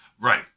Right